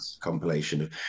compilation